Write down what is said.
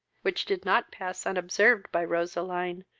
which did not pass unobserved by roseline,